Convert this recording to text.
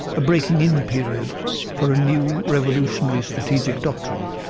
a breaking-in period for a new, revolutionary, strategic doctrine.